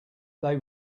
they